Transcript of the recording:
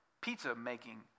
pizza-making